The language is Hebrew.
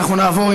אנחנו נעבור,